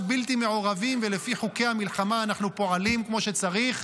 הם עכשיו בלתי מעורבים ולפי חוקי המלחמה אנחנו פועלים כמו שצריך,